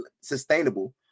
sustainable